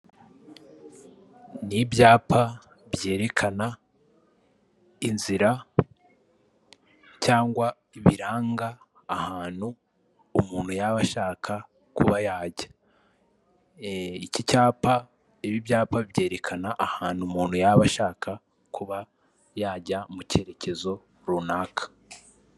Ni ibyapa, byerekana, inzira, cyangwa ibiranga ahantu, umuntu aba ashaka kuba yajya, iki cyapa, ibi ibyapa byerekana ahantu umuntu aba ashaka kuba yajya mu cyerekezo runaka.